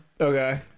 Okay